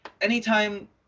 anytime